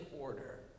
order